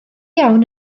iawn